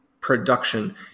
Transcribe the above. production